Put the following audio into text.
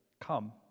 come